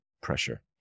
Pressure